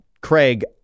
Craig